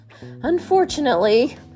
Unfortunately